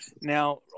Now